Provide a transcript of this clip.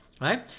right